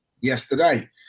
yesterday